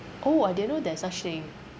oh I didn't know there's such thing